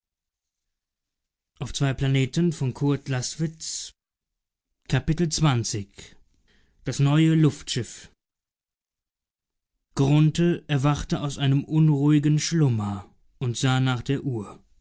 vorüber das neue luftschiff grunthe erwachte aus einem unruhigen schlummer und sah nach der uhr